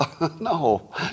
No